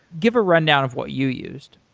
give a rundown of what you used.